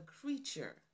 creature